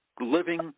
living